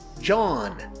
John